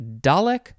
Dalek